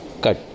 Cut